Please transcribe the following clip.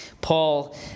Paul